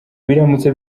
biramutse